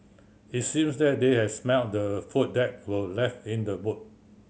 it seemed that they had smelt the food that were left in the boot